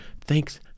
thanks